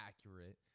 accurate